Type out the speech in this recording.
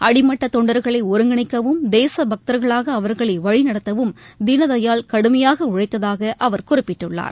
அடிமட்ட தொண்டர்களை ஒருங்கிணைக்கவும் தேசபக்தர்களாக அவர்களை வழிநடத்தவும் தீனதயாள் உபாத்யாயா கடுமையாக உழைத்ததாக அவர் குறிப்பிட்டுள்ளார்